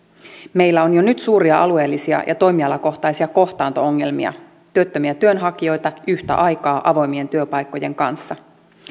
meillä on jo nyt suuria alueellisia ja toimialakohtaisia kohtaanto ongelmia työttömiä työnhakijoita yhtä aikaa avoimien työpaikkojen kanssa